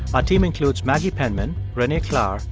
ah team includes maggie penman, renee klahr,